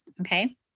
okay